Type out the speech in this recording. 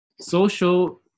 Social